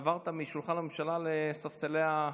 עברת משולחן הממשלה לספסלי הח"כים.